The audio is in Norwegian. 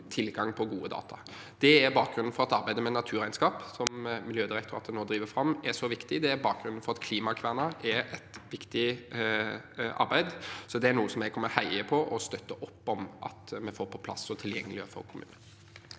tilgangen på gode data. Det er også bakgrunnen for at arbeidet med naturregnskap som Miljødirektoratet nå driver fram, er så viktig. Det er bakgrunnen for at Klimakverna er et viktig arbeid, så det er noe jeg kommer til å heie på og støtte opp om at vi får på plass og tilgjengeliggjør for kommunene.